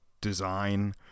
design